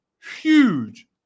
Huge